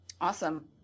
Awesome